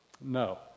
No